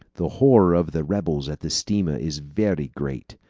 the horror of the rebels at the steamer is very great.